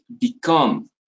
become